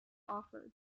offered